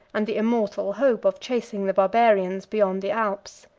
and the immortal hope of chasing the barbarians beyond the alps.